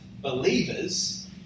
believers